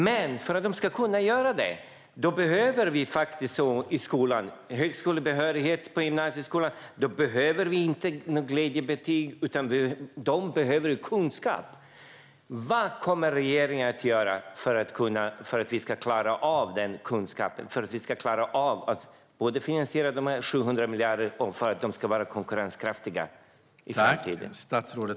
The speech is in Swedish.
Men för att de ska kunna göra det behövs det högskolebehörighet i gymnasieskolan. Det behövs inga glädjebetyg, utan eleverna behöver kunskap. Vad kommer regeringen att göra för att man ska klara av att ge denna kunskap för att man ska klara av att finansiera de 700 miljarderna och för att eleverna ska kunna vara konkurrenskraftiga i framtiden?